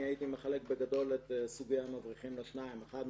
הייתי מחלק את סוגי המבריחים לשניים: האחד,